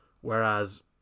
Whereas